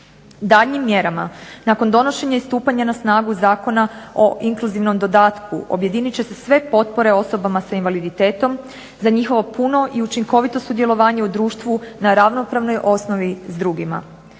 daljnjim mjerama. Nakon donošenja i stupanja na snagu zakona o inkluzivnom dodatkom objedinit će se sve potpore osobama s invaliditetom za njihovo puno i učinkovito sudjelovanje u društvu na ravnopravnoj osnovi s drugima.